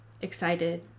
excited